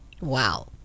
Wow